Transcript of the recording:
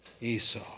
Esau